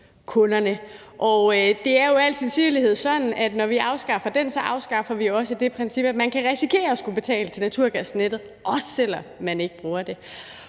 jo med al sandsynlighed sådan, at når vi afskaffer den, afskaffer vi også det princip, at man kan risikere at skulle betale til naturgasnettet – også selv om man ikke bruger det.